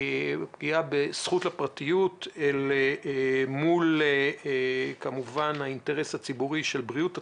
הפגיעה בזכות הפרטיות אל מול האינטרס הציבורי של בריאות הציבור,